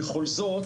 בכל זאת,